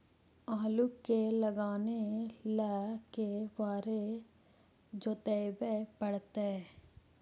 आलू के लगाने ल के बारे जोताबे पड़तै?